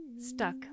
stuck